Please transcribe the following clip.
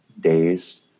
days